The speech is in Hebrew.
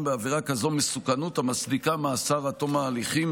בעבירה כזאת מסוכנות המצדיקה מאסר עד תום ההליכים,